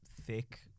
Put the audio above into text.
thick